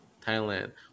Thailand